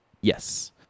Yes